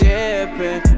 Dipping